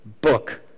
book